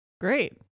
Great